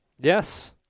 Yes